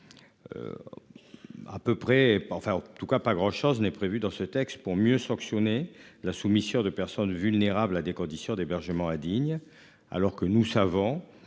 en tout cas pas grand chose n'est prévu dans ce texte pour mieux sanctionner la soumission de personnes vulnérables à des conditions d'hébergement indignes alors que nous savons